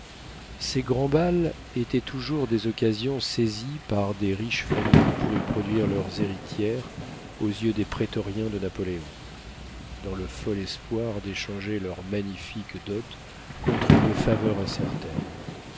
ces grands bals étaient toujours des occasions saisies par de riches familles pour y produire leurs héritières aux yeux des prétoriens de napoléon dans le fol espoir d'échanger leurs magnifiques dots contre une faveur incertaine